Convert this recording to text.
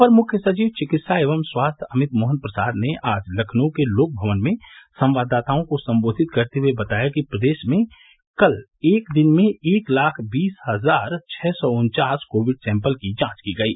अपर मुख्य सचिव चिकित्स एवं स्वास्थ्य अमित मोहन प्रसाद ने आज लखनऊ के लोकभवन में संवाददाताओं को सम्बोधित करते हुये बताया कि प्रदेश में कल एक दिन में एक लाख बीस हजार छः सौ उन्चास कोविड सैम्पल की जांच की गयी